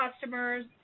customers